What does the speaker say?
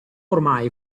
ormai